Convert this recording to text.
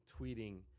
tweeting